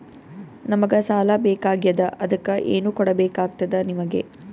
ನಮಗ ಸಾಲ ಬೇಕಾಗ್ಯದ ಅದಕ್ಕ ಏನು ಕೊಡಬೇಕಾಗ್ತದ ನಿಮಗೆ?